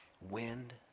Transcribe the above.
wind